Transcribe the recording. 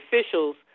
officials